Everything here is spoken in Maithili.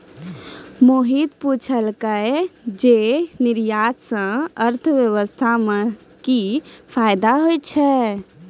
मोहित पुछलकै जे निर्यातो से अर्थव्यवस्था मे कि फायदा होय छै